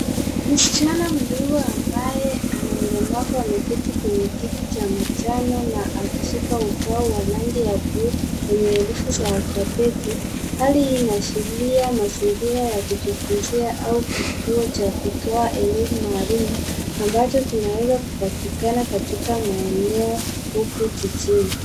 Msichana mdogo ambaye ana ulemavu ameketi kwenye kiti cha manjano na akishika ubao wa rangi ya buluu wenye herufi za alfabeti. Hali hii inaashiria mazingira ya kujifunzia au kituo cha kutoa elimu maalumu, ambacho kinaweza kupatikana katika maeneo huku jijini.